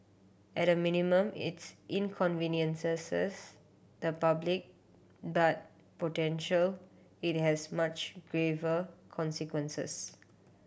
at a minimum its inconveniences the public but potential it has much graver consequences